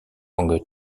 langue